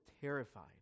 terrified